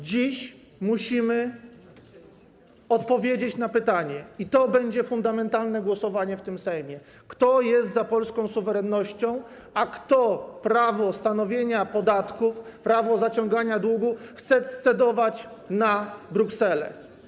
Dziś musimy odpowiedzieć na pytanie i to będzie fundamentalne głosowanie w tym Sejmie: Kto jest za polską suwerennością, a kto prawo stanowienia podatków, prawo zaciągania długu chce scedować na Brukselę?